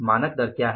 मानक दर क्या है